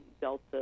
delta